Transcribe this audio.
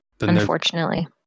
unfortunately